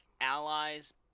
allies